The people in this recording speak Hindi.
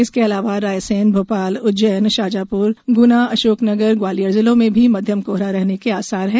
इसके अलावा रायसेन भोपाल उज्जैन शाजापुर गुना अशोकनगर ग्वालियर जिलों में भी मध्यम कोहरा रहने के आसार हैं